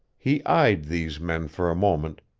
he eyed these men for a moment,